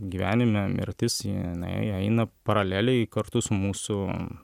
gyvenime mirtis jinai eina paraleliai kartu su mūsų